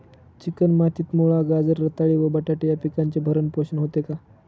Chicken मातीत मुळा, गाजर, रताळी व बटाटे या पिकांचे भरण पोषण होते का?